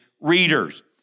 readers